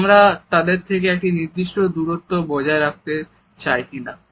আমরা তাদের থেকে একটি নির্দিষ্ট দূরত্ব বজায় রাখতে চাই কিনা